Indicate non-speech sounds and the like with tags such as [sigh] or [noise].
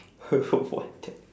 [laughs] what